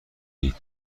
اید